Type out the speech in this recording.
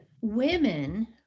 Women